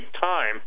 time